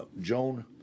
Joan